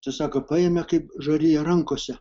tai sako paėmė kaip žariją rankose